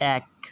এক